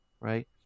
right